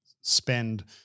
spend